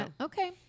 okay